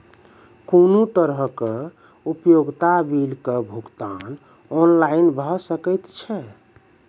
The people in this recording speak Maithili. कुनू तरहक उपयोगिता बिलक भुगतान ऑनलाइन भऽ सकैत छै?